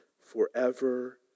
forever